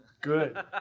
Good